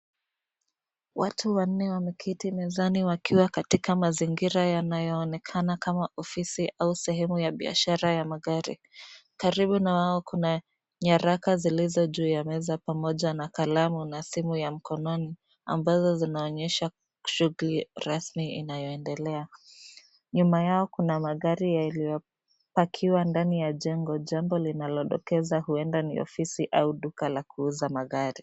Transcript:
Watu wanne wameketi mezani wakiwa katika mazingira yanayoonekana kama ofisi au sehemu ya biashara ya magari, karibu na wao kuna nyaraka zilizo juu ya meza pamoja na kalamu na simu ya mkononi ambazo zinaonyesha shughuli rasmi inayoendelea ,nyuma yao kuna magari yaliyopakiwa ndani ya jengo jambo linalodokeza huenda ni ofisi au duka la kuuza magari.